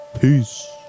Peace